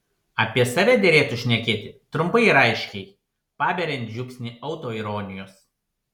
apie save derėtų šnekėti trumpai ir aiškiai paberiant žiupsnį autoironijos